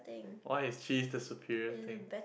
why is cheese the superior thing